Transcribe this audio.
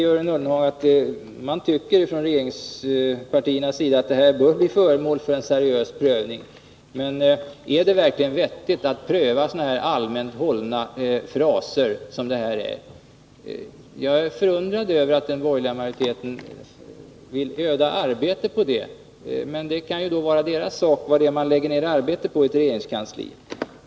Jörgen Ullenhag säger att regeringspartierna tycker att förslaget bör bli föremål för en seriös prövning. Men är det verkligen vettigt att pröva sådana här allmänt hållna fraser? Jag är förundrad över att den borgerliga majoriteten vill öda arbete på det, men det kan ju vara regeringens sak vad den lägger ner arbete på i ett regeringskansli.